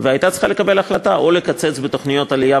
והייתה צריכה לקבל החלטה או לקצץ בתוכניות עלייה